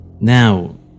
Now